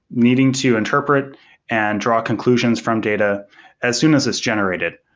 needing to interpret and draw conclusions from data as soon as it's generated.